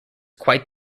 quite